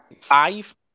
five